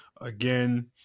again